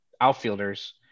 outfielders